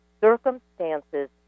circumstances